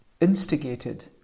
instigated